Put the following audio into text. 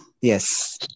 yes